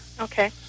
Okay